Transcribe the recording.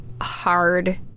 hard